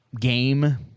game